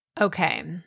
Okay